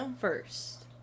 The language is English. first